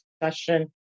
discussion